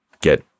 get